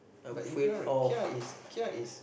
but even though kia is kia is